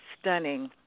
stunning